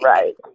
Right